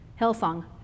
Hillsong